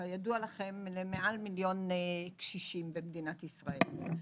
כידוע לכם, במעל מיליון קשישים במדינת ישראל.